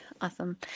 Awesome